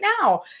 now